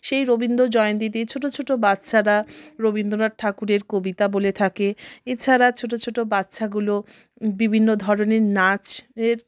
সেই রবীন্দ্রজয়ন্তীতে ছোট ছোট বাচ্চারা রবীন্দ্রনাথ ঠাকুরের কবিতা বলে থাকে এছাড়া ছোট ছোট বাচ্চাগুলো বিভিন্ন ধরনের নাচের